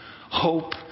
Hope